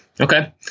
Okay